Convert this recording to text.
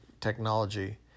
technology